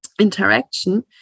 interaction